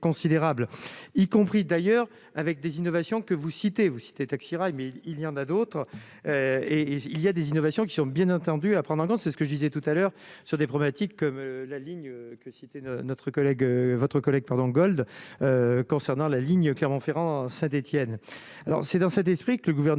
y compris d'ailleurs avec des innovations que vous citez, vous citez taxi mais il y en a d'autres et il y a des innovations qui sont bien entendu à prendre en compte, c'est ce que je disais tout à l'heure sur des problématiques comme la ligne que citer de notre collègue, votre collègue pendant Gold concernant la ligne Clermont-Ferrand, Saint-Étienne, alors c'est dans cet esprit que le gouvernement